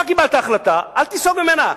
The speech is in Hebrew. אתה קיבלת החלטה, אל תיסוג ממנה.